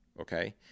okay